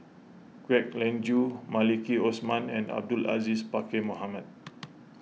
Kwek Leng Joo Maliki Osman and Abdul Aziz Pakkeer Mohamed